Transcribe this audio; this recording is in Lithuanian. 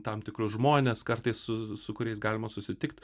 tam tikrus žmones kartais su su kuriais galima susitikt